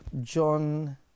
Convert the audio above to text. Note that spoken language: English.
John